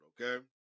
okay